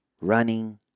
running